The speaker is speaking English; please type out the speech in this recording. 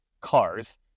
cars